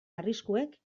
arriskuek